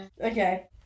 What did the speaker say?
Okay